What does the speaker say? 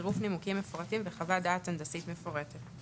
בצירוף נימוקים מפורטים וחוות דעת הנדסית מפורטת.